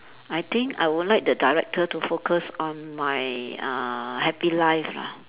I think I would like the director to focus on my uh happy life lah